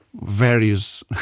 various